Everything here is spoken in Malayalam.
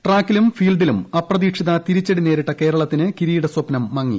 ട്രാക്കിലും ഫീൽഡിലും അപ്രതീക്ഷതിത തിരിച്ചടിനേരിട്ട കേരളത്തിന് കിരീട സ്വപ്നം മങ്ങി